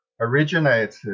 originated